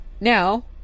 Now